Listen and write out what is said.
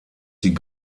die